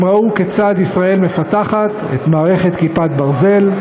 הם ראו כיצד ישראל מפתחת את מערכת "כיפת ברזל",